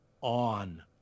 on